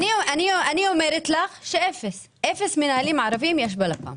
אני אומרת לך שיש אפס מנהלים ערבים יש בלפ"מ.